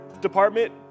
department